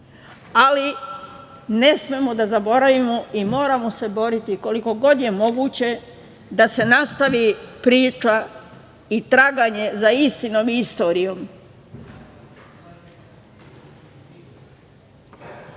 ali ne smemo da zaboravimo i moramo se boriti, koliko god je moguće da se nastavi priča i traganje za istinom i